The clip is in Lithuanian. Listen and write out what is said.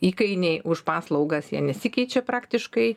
įkainiai už paslaugas jie nesikeičia praktiškai